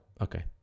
Okay